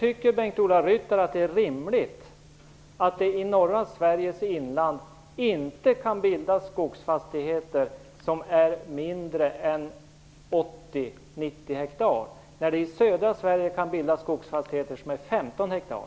Tycker Bengt-Ola Ryttar att det är rimligt att det i norra Sveriges inland inte kan bildas skogsfastigheter som är mindre än 80-90 hektar, när det i södra Sverige går att bilda skogsfastigheter som är 15 hektar?